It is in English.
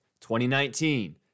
2019